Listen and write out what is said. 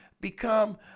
become